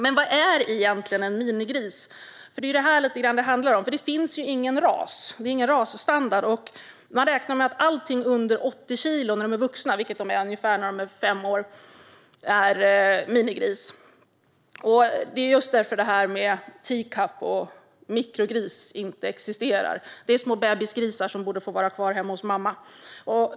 Men vad är egentligen en minigris? Det är vad frågan handlar om. Det finns ingen ras eller rasstandard. Man räknar med allt under 80 kilo, vilket de är ungefär vid fem års ålder, är minigris. Det är just därför teacup och mikrogrisar inte existerar. Det är små bebisgrisar som borde få vara kvar hos mamma.